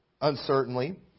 uncertainly